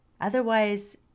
Otherwise